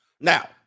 Now